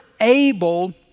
able